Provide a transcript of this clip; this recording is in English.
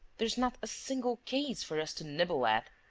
there's not a single case for us to nibble at.